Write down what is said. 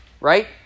right